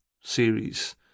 series